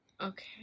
Okay